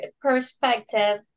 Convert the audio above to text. perspective